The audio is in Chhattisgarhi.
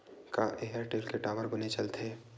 का एयरटेल के टावर बने चलथे?